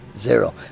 zero